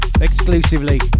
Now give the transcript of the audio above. exclusively